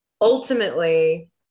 ultimately